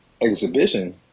exhibition